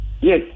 Yes